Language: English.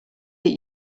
that